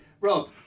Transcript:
Rob